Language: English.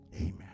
Amen